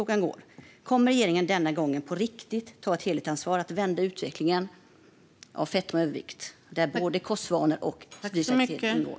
Kommer regeringen denna gång på riktigt att ta ett helhetsansvar för att vända utvecklingen av fetma och övervikt där både kostvanor och fysisk aktivitet ingår?